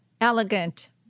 elegant